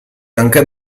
anche